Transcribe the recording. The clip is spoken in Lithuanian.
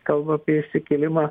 kalba apie išsikėlimą